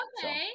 Okay